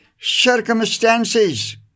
circumstances